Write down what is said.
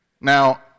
Now